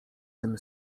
tym